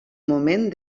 moment